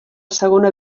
segona